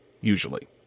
usually